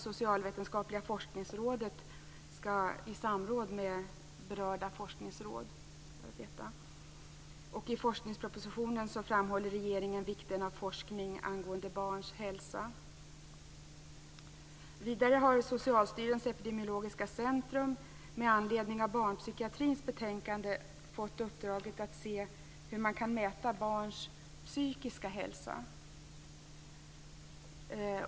Socialvetenskapliga forskningsrådet skall samråda med berörda forskningsråd. I forskningspropositionen framhåller regeringen vikten av forskning angående barns hälsa. Socialstyrelsens epidemiologiska centrum har med anledning av Barnpsykiatrikommitténs betänkande fått uppdraget att se hur man kan mäta barns psykiska hälsa.